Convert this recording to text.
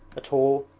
a tall,